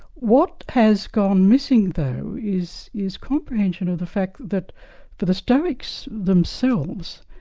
what has gone missing though, is is comprehension of the fact that for the stoics themselves,